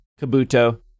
Kabuto